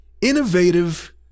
innovative